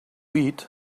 eat